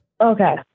Okay